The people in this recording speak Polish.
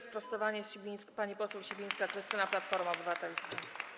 Sprostowanie - pani poseł Sibińska Krystyna, Platforma Obywatelska.